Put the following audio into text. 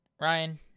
Ryan